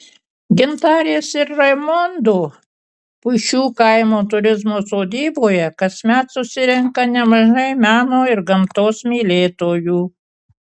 gintarės ir raimondo puišių kaimo turizmo sodyboje kasmet susirenka nemažai meno ir gamtos mylėtojų